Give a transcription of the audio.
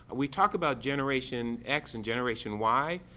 we talk about generation x and generation y,